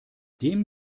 dem